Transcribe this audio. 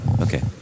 Okay